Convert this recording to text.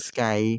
Sky